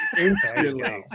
instantly